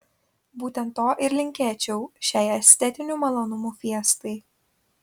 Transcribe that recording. būtent to ir linkėčiau šiai estetinių malonumų fiestai